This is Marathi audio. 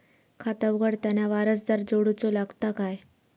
खाता उघडताना वारसदार जोडूचो लागता काय?